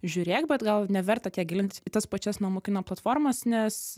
žiūrėk bet gal neverta tiek gilintis į tas pačias namų kino platformas nes